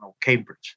Cambridge